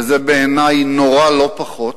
וזה בעיני נורא לא פחות: